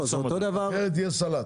אחרת יהיה סלט.